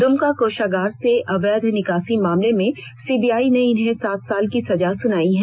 दुमका कोषागार से अवैध निकासी मामले में सीबीआई ने इन्हें सात साल की सजा सुनाई है